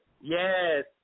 Yes